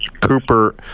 Cooper